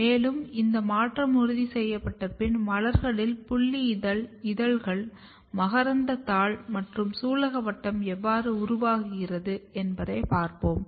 மேலும் இந்த மாற்றம் உறுதி செய்யப்பட்ட பின் மலர்களில் புல்லி இதழ் இதழ்கள் மகரந்தத்தாள் மற்றும் சூலகவட்டம் எவ்வாறு உருவாகிறது என்பதை பார்ப்போம்